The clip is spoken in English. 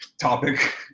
topic